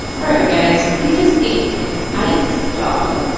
all right guys, you just ate an ice dog,